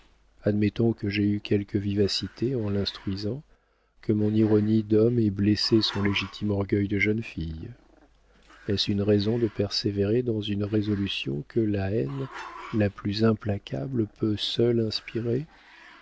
admettons que j'aie eu quelques vivacités en l'instruisant que mon ironie d'homme ait blessé son légitime orgueil de jeune fille est-ce une raison de persévérer dans une résolution que la haine la plus implacable peut seule inspirer